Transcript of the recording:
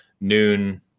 noon